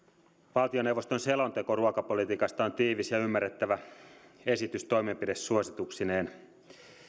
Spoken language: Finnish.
valtioneuvoston selonteko ruokapolitiikasta on tiivis ja ymmärrettävä esitys toimenpidesuosituksineen